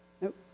Nope